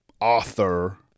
author